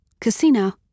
casino